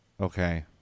Okay